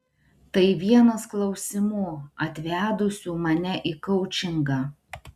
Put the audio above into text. tai vienas klausimų atvedusių mane į koučingą